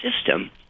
system